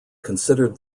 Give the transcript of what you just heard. considered